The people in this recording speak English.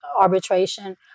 arbitration